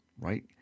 right